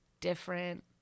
different